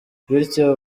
bityo